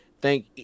thank